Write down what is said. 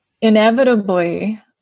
inevitably